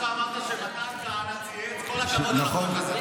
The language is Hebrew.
אתה עכשיו אמרת שמתן כהנא צייץ כל הכבוד על החוק.